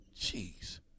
Jeez